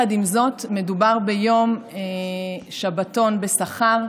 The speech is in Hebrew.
עם זאת, מדובר ביום שבתון בשכר,